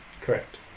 Correct